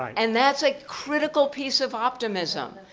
and that's a critical piece of optimism.